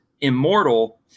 immortal